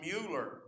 Mueller